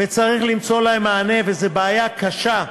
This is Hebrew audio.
צריך למצוא להם מענה, וזאת בעיה קשה.